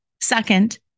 Second